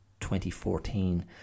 2014